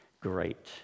great